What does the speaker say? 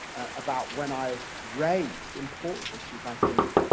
about when i raised important issues i think,